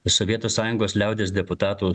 sovietų sąjungos liaudies deputatų